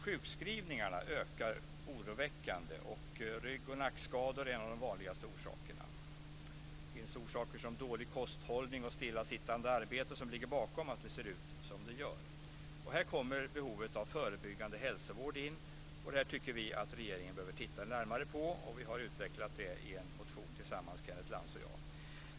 Sjukskrivningarna ökar oroväckande. Rygg och nackskador är en av de vanligaste orsakerna. Det finns orsaker som dålig kosthållning och stillasittande arbete som ligger bakom att det ser ut som det gör. Här kommer behovet av förebyggande hälsovård in, och det här tycker vi att regeringen behöver titta närmare på. Vi har utvecklat det i en motion tillsammans, Kenneth Lantz och jag.